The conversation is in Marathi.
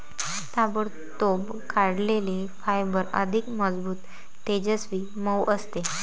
ताबडतोब काढलेले फायबर अधिक मजबूत, तेजस्वी, मऊ असते